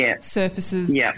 surfaces